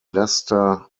leicester